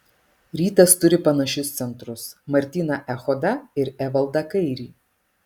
rytas turi panašius centrus martyną echodą ir evaldą kairį